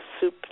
soup